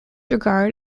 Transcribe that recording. regard